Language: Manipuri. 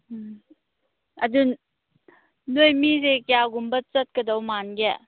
ꯎꯝ ꯑꯗꯨ ꯅꯣꯏ ꯃꯤꯁꯦ ꯀꯌꯥꯒꯨꯝꯕ ꯆꯠꯀꯗꯧ ꯃꯥꯟꯒꯦ